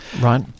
Right